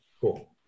cool